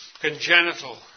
congenital